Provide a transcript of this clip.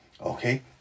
okay